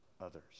others